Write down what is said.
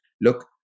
Look